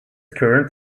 current